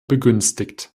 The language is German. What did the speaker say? begünstigt